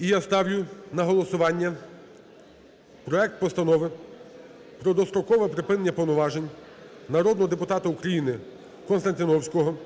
І я ставлю на голосування проект Постанови про дострокове припинення повноважень народного депутата України Константіновського